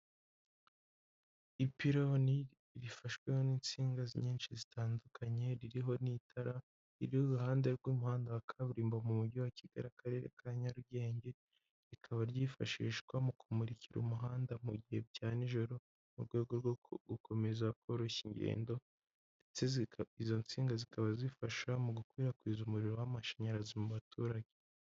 Ipironi rifashwe n'insinga nyinshi zitandukanye ririho n'itara riri uruhande rw'umuhanda wa kaburimbo mu mujyi wa kigali akarere ka nyarugenge rikaba ryifashishwa mu kumurikira umuhanda mu gihe bya nijoro mu rwego rwo gukomeza koroshya ingendo ndetse izo nsinga zikaba zifasha mu gukwirakwiza umuriro w'amashanyarazi mu baturage.